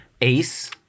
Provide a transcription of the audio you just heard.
Ace